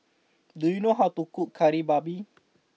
do you know how to cook Kari Babi